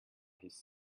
his